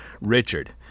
Richard